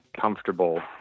comfortable